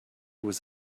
was